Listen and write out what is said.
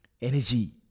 energy